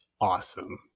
awesome